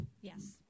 Yes